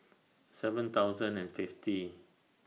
seven thousand and fifty